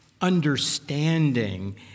understanding